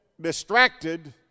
distracted